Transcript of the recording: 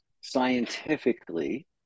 scientifically